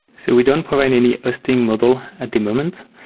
so we don't provide any hosting model at the moment.